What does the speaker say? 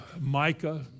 Micah